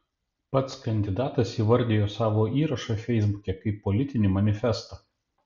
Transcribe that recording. pats kandidatas įvardijo savo įrašą feisbuke kaip politinį manifestą